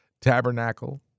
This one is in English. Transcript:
tabernacle